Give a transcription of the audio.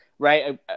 Right